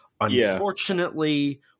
Unfortunately